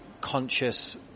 conscious